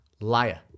liar